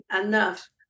enough